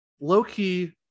low-key